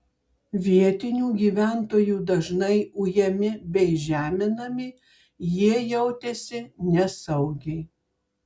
vietinių gyventojų dažnai ujami bei žeminami jie jautėsi nesaugiai